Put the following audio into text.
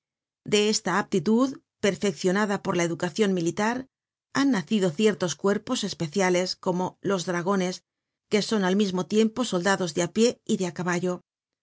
de esta aptitud perfeccionada por la educacion militar han nacido ciertos cuerpos especiales como los dragones que son al mismo tiempo soldados de a pie y de á caballo